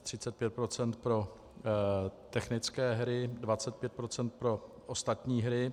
35 % pro technické hry, 25 % pro ostatní hry.